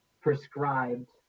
prescribed